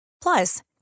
Plus